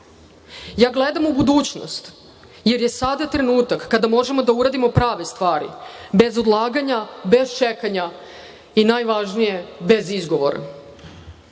Ja gledam u budućnost, jer je sada trenutak kada možemo da uradimo prave stvari, bez odlaganja, bez čekanja i, najvažnije, bez izgovora. Sada